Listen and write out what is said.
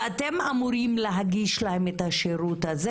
ואתם אמורים להגיש להם את השירות הזה